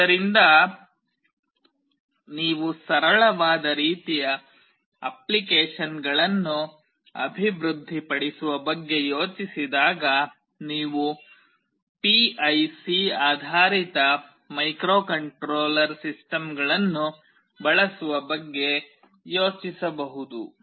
ಆದ್ದರಿಂದ ನೀವು ಸರಳವಾದ ರೀತಿಯ ಅಪ್ಲಿಕೇಶನ್ಗಳನ್ನು ಅಭಿವೃದ್ಧಿಪಡಿಸುವ ಬಗ್ಗೆ ಯೋಚಿಸಿದಾಗ ನೀವು ಪಿಐಸಿ ಆಧಾರಿತ ಮೈಕ್ರೊಕಂಟ್ರೋಲರ್ ಸಿಸ್ಟಮ್ಗಳನ್ನು ಬಳಸುವ ಬಗ್ಗೆ ಯೋಚಿಸಬಹುದು